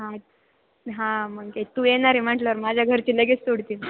हा हां मग तू येणार आहे म्हटल्यावर माझ्या घरची लगेच सोडतील